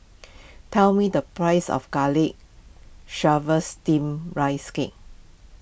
tell me the price of Garlic Chives Steamed Rice Cake